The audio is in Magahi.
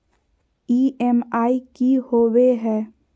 ई.एम.आई की होवे है?